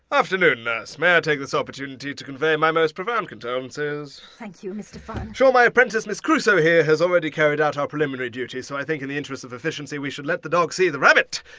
afternoon, nurse. may i take this opportunity to convey my most profound condolences? thank you, mr. funn. i'm sure my apprentice miss crusoe here has already carried out our preliminary duties so i think in the interests of efficiency we should let the dog see the rabbit.